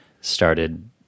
started